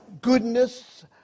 goodness